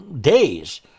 days